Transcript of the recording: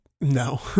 No